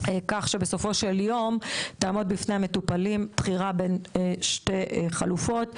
כך שבסופו של יום תעמוד בפני המטופלים בחירה בין שתי חלופות.